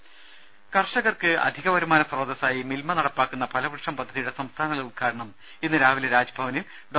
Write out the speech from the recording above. ദേദ കർഷകർക്ക് അധിക വരുമാന സ്രോതസ്സായി മിൽമ നടപ്പാക്കുന്ന ഫലവൃക്ഷം പദ്ധതിയുടെ സംസ്ഥാനതല ഉദ്ഘാടനം ഇന്ന് രാവിലെ രാജ്ഭവനിൽ ഡോ